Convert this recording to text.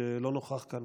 שלא נוכח כאן.